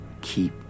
keep